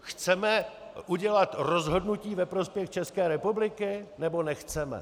Chceme udělat rozhodnutí ve prospěch České republiky, nebo nechceme?